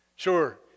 Sure